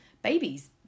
Babies